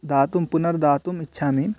दातुं पुनर्दातुम् इच्छामि